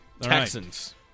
Texans